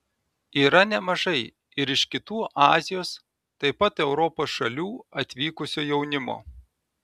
yra nemažai ir iš kitų azijos taip pat europos šalių atvykusio jaunimo